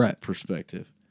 perspective